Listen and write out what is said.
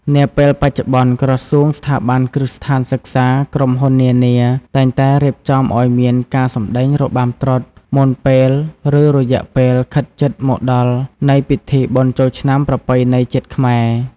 នាពេលបច្ចុប្បន្នក្រសួង ស្ថាប័ន គ្រឹះស្ថានសិក្សា ក្រុមហ៊ុននានា តែងតែរៀបចំឱ្យមានការសម្តែងរបាំត្រុដិ មុនពេល ឬរយៈពេលខិតជិតមកដល់នៃពិធីបុណ្យចូលឆ្នាំប្រពៃណីជាតិខ្មែរ។